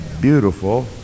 beautiful